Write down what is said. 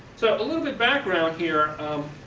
so a little bit background here